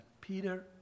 Peter